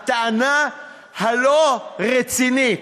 הטענה הלא-רצינית: